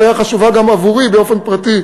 זו הייתה חוויה חשובה גם עבורי באופן פרטי,